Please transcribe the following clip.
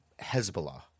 Hezbollah